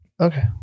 Okay